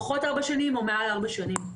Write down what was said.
פחות ארבע שנים או מעל ארבע שנים.